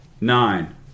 nine